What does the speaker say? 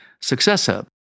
successor